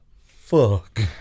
fuck